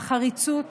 החריצות